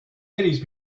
eighties